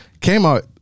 Kmart